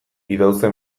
idauze